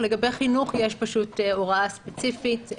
לגבי חינוך יש פשוט הוראה ספציפית.